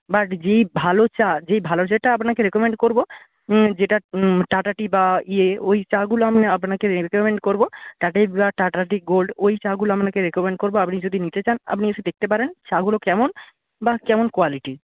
but যেই ভালো চা যেই ভালো চাটা আপনাকে রেকমেণ্ড করব যেটা টাটা টি বা ইয়ে ওই চাগুলো আমি আপনাকে রেকমেণ্ড করব টাটাটি গোল্ড ওই চাগুলো আপনাকে রেকমেণ্ড করব আপনি যদি নিতে চান আপনি এসে দেখতে পারেন চাগুলো কেমন বা কেমন কোয়ালিটি